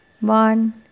One